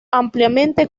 ampliamente